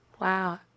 wow